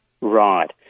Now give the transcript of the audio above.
Right